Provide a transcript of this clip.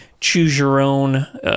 choose-your-own